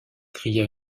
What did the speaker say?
cria